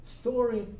story